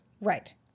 Right